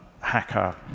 hacker